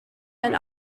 ein